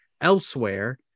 elsewhere